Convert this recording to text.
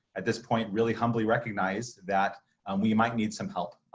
at this point, really humbly recognize that we might need some help.